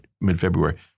mid-February